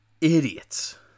idiots